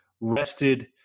rested